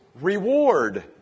reward